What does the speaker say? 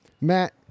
Matt